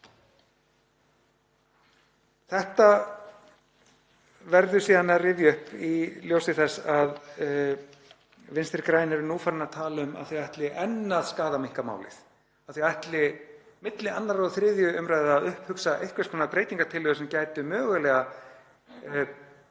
Þetta verður síðan að rifja upp í ljósi þess að Vinstri græn eru nú farin að tala um að þau ætli enn að skaðaminnka málið, að þau ætli milli 2. og 3. umr. að upphugsa einhvers konar breytingartillögur sem gætu mögulega dregið